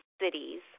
cities